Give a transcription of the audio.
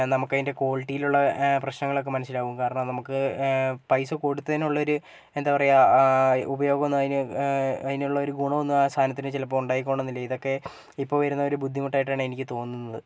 നമുക്കതിൻ്റെ ക്വളിറ്റിയിലുള്ള പ്രശ്നങ്ങളൊക്കെ മനസ്സിലാവും കാരണം നമുക്ക് പൈസ കൊടുത്തതിനുള്ളൊരു എന്താ പറയാ ഉപയോഗോന്നും അതിന് അതിനുള്ളൊരു ഗുണോന്നും ആ സാധനത്തിന്ല ചിലപ്പം ഉണ്ടായിക്കൊള്ളണമെന്നില്ല ഇതൊക്കെ ഇപ്പോൾ വരുന്നൊരു ബുദ്ധിമുട്ടായിട്ടാണ് എനിക്ക് തോന്നുന്നത്